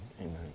amen